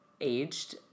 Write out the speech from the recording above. aged